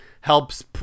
helps